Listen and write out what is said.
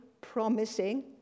promising